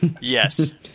yes